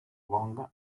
long